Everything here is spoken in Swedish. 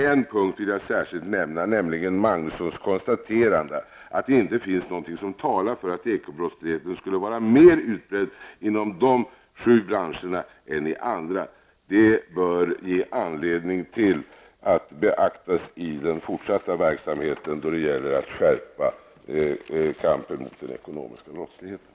En punkt vill jag särskilt nämna, nämligen Magnussons konstaterande att det inte finns någonting som talar för att ekobrottsligheten skulle vara mer utbredd i de sju branscherna än i andra. Det bör beaktas i den fortsatta verksamheten då det gäller att skärpa kampen mot den ekonomiska brottsligheten.